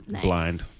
blind